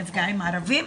נפגעים ערבים,